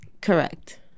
Correct